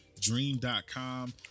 dream.com